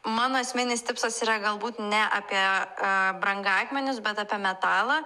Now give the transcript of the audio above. mano esminis tipsas yra galbūt ne apie brangakmenius bet apie metalą